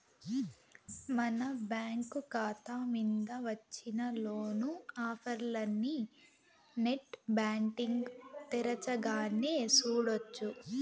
మన బ్యాంకు కాతా మింద వచ్చిన లోను ఆఫర్లనీ నెట్ బ్యాంటింగ్ తెరచగానే సూడొచ్చు